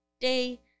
day